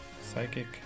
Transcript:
psychic